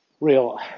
real